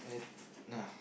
I no